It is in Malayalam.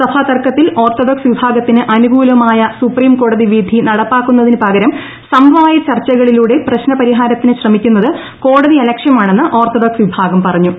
സഭാ തർക്കത്തിൽ ഓർത്തഡോക്സ് വിഭാഗത്തിന് അനുകൂലമായ സുപ്രീംകോടതി വിധി നടപ്പാക്കുന്നതിനു പകരം സമവായ ചർച്ചകളിലൂടെ പ്രശ്ന പരിഹാരത്തിന് ശ്രമിക്കുന്നത് കോടതിയലക്ഷ്യമാണെന്ന് ഓർത്തഡോക്സ് വിഭാഗം പറഞ്ഞു